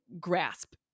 grasp